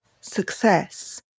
success